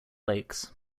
lakes